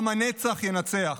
עם הנצח ינצח.